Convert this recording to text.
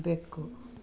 ಬೆಕ್ಕು